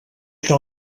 cal